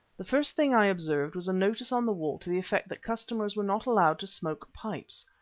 the first thing i observed was a notice on the wall to the effect that customers were not allowed to smoke pipes.